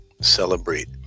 celebrate